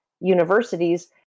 universities